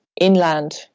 inland